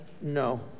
No